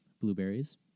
blueberries